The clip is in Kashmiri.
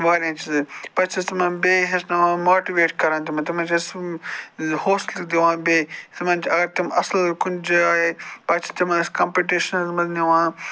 واریاہَن چیٖزَن پَتہٕ چھِ أسۍ تِمَن بیٚیہِ ہیٚچھناوان ماٹِویٹ کران تِمَن تِمَن چھِ أسۍ حوصلہٕ دِوان بیٚیہِ تِمَن چھِ اگر تِم اصٕل کُنہِ جایہِ پَتہٕ چھِ تِمَن أسۍ کَمپِٹِشنَس مَنٛز نِوان